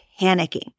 panicking